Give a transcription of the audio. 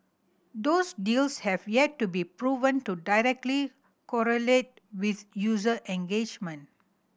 those deals have yet to be proven to directly correlate with user engagement